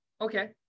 Okay